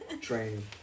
training